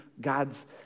God's